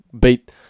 beat